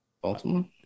Baltimore